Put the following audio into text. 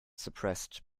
suppressed